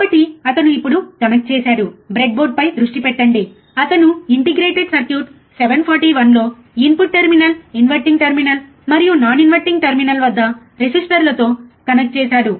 కాబట్టి అతను ఇప్పుడు కనెక్ట్ చేశాడు బ్రెడ్బోర్డుపై దృష్టి పెట్టండి అతను ఇంటిగ్రేటెడ్ సర్క్యూట్ 741 లో ఇన్పుట్ టెర్మినల్ ఇన్వర్టింగ్ టెర్మినల్ మరియు నాన్ ఇన్వర్టింగ్ టెర్మినల్ వద్ద రెసిస్టర్లతో కనెక్ట్ చేసాడు